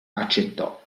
accettò